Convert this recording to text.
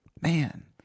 Man